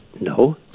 No